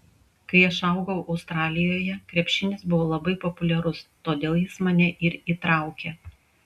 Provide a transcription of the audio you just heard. kai aš augau australijoje krepšinis buvo labai populiarus todėl jis mane ir įtraukė